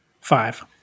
Five